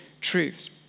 truths